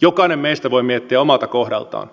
jokainen meistä voi miettiä omalta kohdaltaan